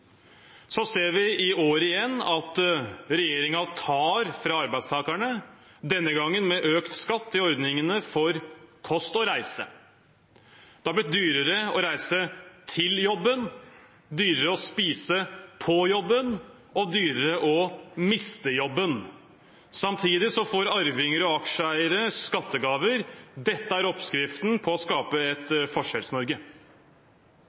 Så ser vi i år igjen at regjeringen tar fra arbeidstakerne, denne gangen med økt skatt i ordningene for kost og reise. Det har blitt dyrere å reise til jobben, dyrere å spise på jobben og dyrere å miste jobben. Samtidig får arvinger og aksjeeiere skattegaver. Dette er oppskriften på å skape et